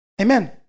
Amen